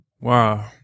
Wow